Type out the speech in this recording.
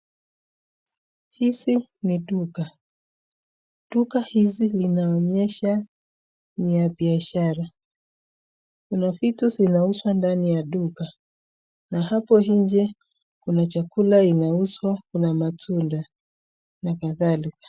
Hizi ni duka. Duka hizi zinaonyesha ni ya biashara. Kuna vitu zinauzwa ndani ya duka na hapo nje kuna chakula inauzwa, kuna matunda na kadhalika.